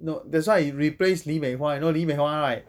no that's why he replace lee mei hua you know lee mei hua right